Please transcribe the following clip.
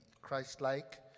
Christ-like